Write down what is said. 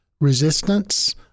resistance